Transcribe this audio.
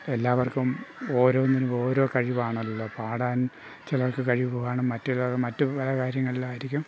എല്ലാവർക്കും ഓരോന്നിനും ഓരോ കഴിവാണല്ലോ പാടാൻ ചിലർക്ക് കഴിവ് കാണും മറ്റുചിലർ മറ്റുപല കാര്യങ്ങളിലായിരിക്കും